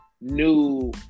new